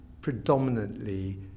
predominantly